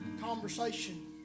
conversation